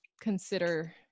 consider